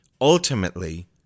ultimately